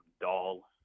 Doll